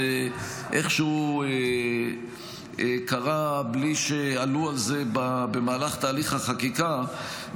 איכשהו קרה בלי שענו על זה בתהליך החקיקה,